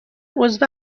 عضو